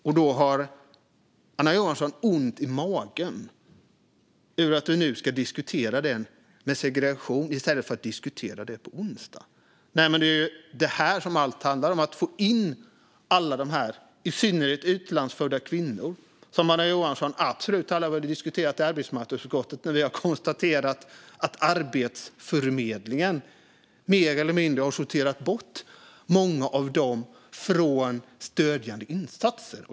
Och då har Anna Johansson ont i magen över att vi nu ska diskutera segregation i stället för att göra det på onsdag. Det är det här som allt handlar om, alltså att få in alla de här, i synnerhet utlandsfödda kvinnorna, som Anna Johansson absolut aldrig har diskuterat i arbetsmarknadsutskottet, på arbetsmarknaden. Vi har konstaterat att Arbetsförmedlingen mer eller mindre har sorterat bort många av dem från stödjande insatser.